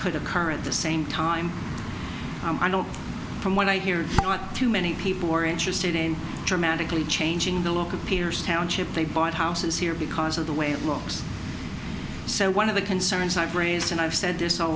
could occur at the same time i don't from what i hear not too many people who are interested in dramatically changing the look of peter's township they bought houses here because of the way it looks so one of the concerns i've raised and i've said this all